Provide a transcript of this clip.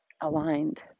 aligned